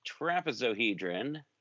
trapezohedron